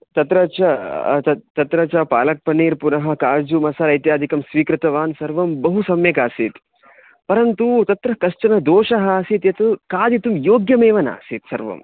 तत्र च तत् तत्र च पालाक् पन्नीर् पुनः काजु मसाला इत्यादिकं स्वीकृतवान् सर्वं बहु सम्यक् आसीत् परन्तु तत्र कश्चन दोषः आसीत् यत् खादितुं योग्यमेव नासीत् सर्वम्